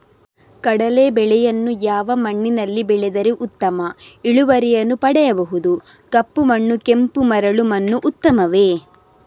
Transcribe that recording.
ಕಡಲೇ ಬೆಳೆಯನ್ನು ಯಾವ ಮಣ್ಣಿನಲ್ಲಿ ಬೆಳೆದರೆ ಉತ್ತಮ ಇಳುವರಿಯನ್ನು ಪಡೆಯಬಹುದು? ಕಪ್ಪು ಮಣ್ಣು ಕೆಂಪು ಮರಳು ಮಣ್ಣು ಉತ್ತಮವೇ?